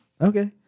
Okay